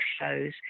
shows